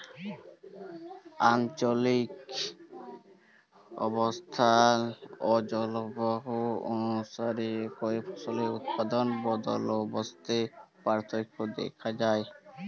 আলচলিক অবস্থাল অ জলবায়ু অলুসারে একই ফসলের উৎপাদল বলদবস্তে পার্থক্য দ্যাখা যায়